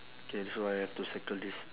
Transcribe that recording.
K so I have to circle this